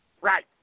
Right